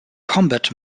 combat